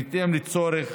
בהתאם לצורך